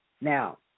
now